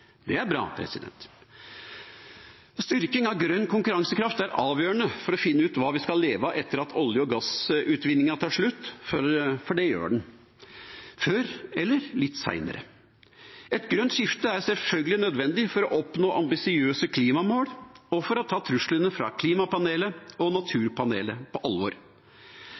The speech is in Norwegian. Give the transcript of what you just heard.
Det er bra. Styrking av grønn konkurransekraft er avgjørende for å finne ut hva vi skal leve av etter at olje- og gassutvinningen tar slutt, for det gjør den – før eller litt seinere. Et grønt skifte er selvfølgelig nødvendig for å oppnå ambisiøse klimamål og for å ta truslene fra Klimapanelet og Naturpanelet på alvor.